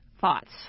thoughts